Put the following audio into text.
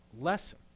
lesson